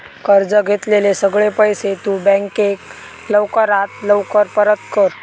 कर्ज घेतलेले सगळे पैशे तु बँकेक लवकरात लवकर परत कर